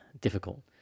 difficult